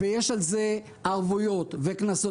ויש על זה ערבויות וקנסות.